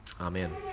Amen